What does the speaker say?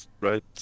right